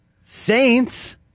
Saints